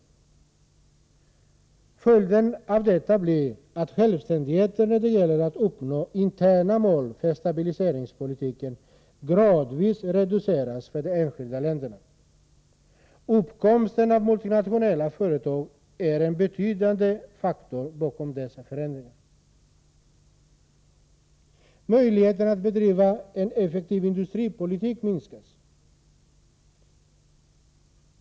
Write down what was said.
Följden av detta blir att självständigheten när det gäller att uppnå interna mål för stabiliseringspolitiken gradvis reducerats för de enskilda länderna. Uppkomsten av multinationella företag är en betydelsefull faktor bakom denna förändring.” Möjligheter att bedriva en effektiv industripolitik minskas.